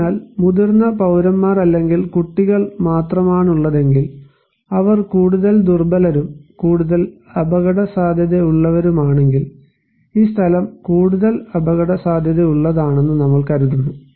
അതിനാൽ മുതിർന്ന പൌരന്മാർ അല്ലെങ്കിൽ കുട്ടികൾ മാത്രമാണുള്ളതെങ്കിൽ അവർ കൂടുതൽ ദുർബലരും കൂടുതൽ അപകടസാധ്യതയുള്ളവരുമാണെങ്കിൽ ഈ സ്ഥലം കൂടുതൽ അപകടസാധ്യതയുള്ളതാണെന്ന് നമ്മൾ കരുതുന്നു